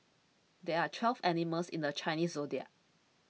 there are twelve animals in the Chinese zodiac